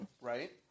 Right